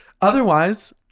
otherwise